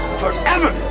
forever